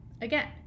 Again